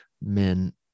Men